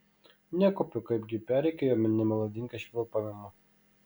nekuopiu kaipgi perrėkiu jo nemelodingą švilpavimą